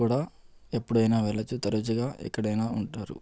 కూడా ఎప్పుడైనా వెళ్లవచ్చు తరచుగా ఎక్కడైనా ఉంటారు